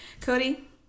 Cody